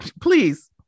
please